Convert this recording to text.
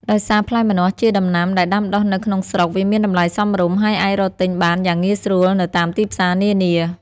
ដោយសារផ្លែម្នាស់ជាដំណាំដែលដាំដុះនៅក្នុងស្រុក វាមានតម្លៃសមរម្យ ហើយអាចរកទិញបានយ៉ាងងាយស្រួលនៅតាមទីផ្សារនានា។